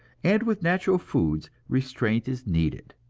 and with natural foods, restraint is needed,